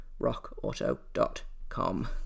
rockauto.com